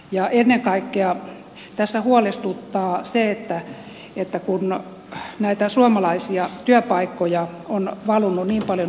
ennen kaikkea tässä huolestuttaa se kun näitä suomalaisia työpaikkoja on valunut niin paljon ulkomaille